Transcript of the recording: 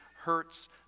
hurts